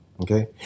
Okay